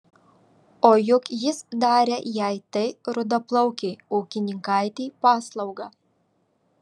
o juk jis darė jai tai rudaplaukei ūkininkaitei paslaugą